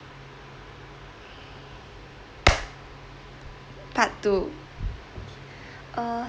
part two uh